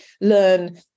learn